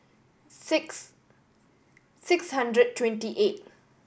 six six hundred twenty eight